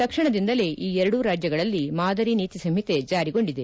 ತಕ್ಷಣದಿಂದಲೇ ಈ ಎರಡೂ ರಾಜ್ಯಗಳಲ್ಲಿ ಮಾದರಿ ನೀತಿ ಸಂಹಿತೆ ಜಾರಿಗೊಂಡಿದೆ